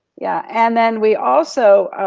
yeah. and then we also,